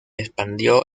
expandió